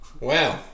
wow